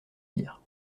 dires